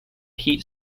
heat